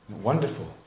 Wonderful